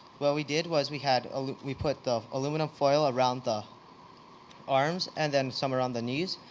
what we did was we had, ah we put the aluminum foil around the arms and then some around the knees.